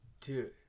Dude